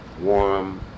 warm